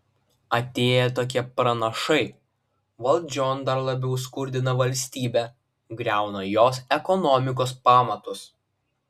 atėję tokie pranašai valdžion dar labiau skurdina valstybę griauna jos ekonomikos pamatus